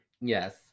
Yes